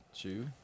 two